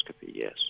yes